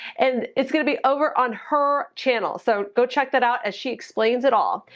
and it's gonna be over on her channel. so go check that out as she explains it all.